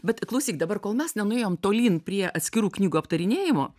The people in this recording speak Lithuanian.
bet klausyk dabar kol mes nenuėjom tolyn prie atskirų knygų aptarinėjimo